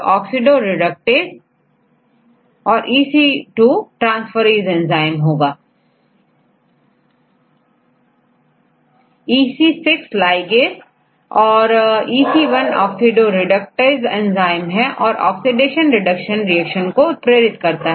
ligaseइसी तरह EC1 oxidoreductase है और ऑक्सीडेशन रिडक्शन रिएक्शन को उत्प्रेरक करता है